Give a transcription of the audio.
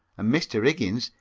and mr. iggins,